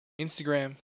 Instagram